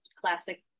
classic